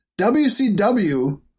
WCW